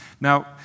Now